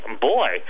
boy